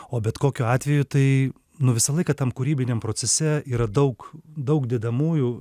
o bet kokiu atveju tai nu visą laiką tam kūrybiniam procese yra daug daug dedamųjų